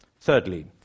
Thirdly